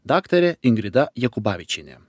daktarė ingrida jakubavičienė